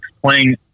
playing